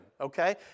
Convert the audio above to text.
Okay